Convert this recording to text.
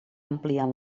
ampliant